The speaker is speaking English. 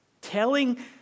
Telling